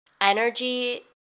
energy